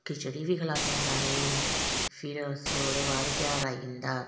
खिचड़ी बी खलाने सारें गी फिर अस ओह्दे बाद ध्यार आई जंदा